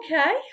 Okay